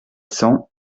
cents